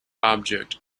object